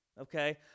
okay